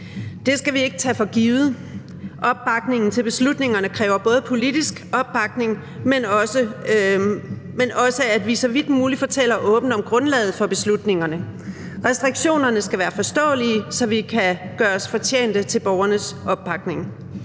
Det skal vi ikke tage for givet. Opbakningen til beslutningerne kræver både politisk opbakning, men også, at vi så vidt muligt fortæller åbent om grundlaget for beslutningerne. Restriktionerne skal være forståelige, så vi kan gøre os fortjent til borgernes opbakning.